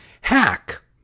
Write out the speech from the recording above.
Hack